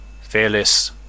Fearless